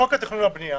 בחוק התכנון והבנייה